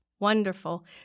Wonderful